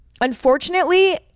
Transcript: unfortunately